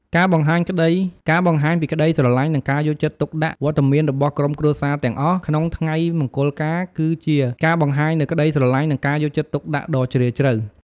ការបង្ហាញពីក្ដីស្រឡាញ់ និងការយកចិត្តទុកដាក់ វត្តមានរបស់ក្រុមគ្រួសារទាំងអស់ក្នុងថ្ងៃមង្គលការ គឺជាការបង្ហាញនូវក្ដីស្រឡាញ់ និងការយកចិត្តទុកដាក់ដ៏ជ្រាលជ្រៅ។